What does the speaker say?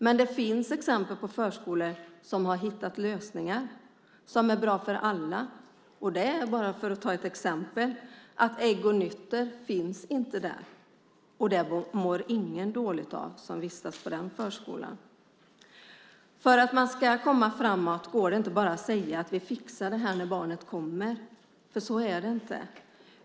Men det finns förskolor som har hittat lösningar som är bra för alla, till exempel att ägg och nötter inte finns där. Det mår ingen som vistas på den förskolan dåligt av. För att man ska komma framåt går det inte att bara säga att man fixar detta när barnet kommer. Så är det inte.